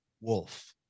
wolf